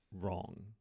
wrong